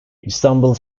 i̇stanbul